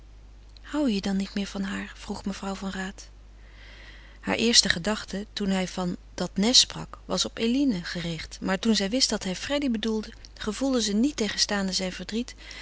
hou je dan niet meer van haar vroeg mevrouw van raat hare eerste gedachte toen hij van dat nest sprak was op eline gericht maar toen zij wist dat hij freddy bedoelde gevoelde ze niettegenstaande zijn verdriet